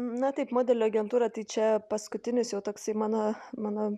na taip modelių agentūra tai čia paskutinis jau toksai mano mano